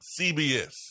CBS